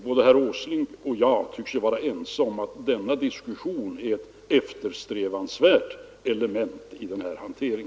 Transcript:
Både herr Åsling och jag tycks också vara ense om att denna diskusson är ett eftersträvansvärt element i denna hantering.